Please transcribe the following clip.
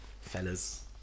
fellas